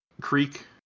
Creek